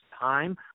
time